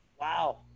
Wow